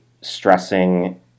stressing